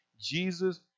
Jesus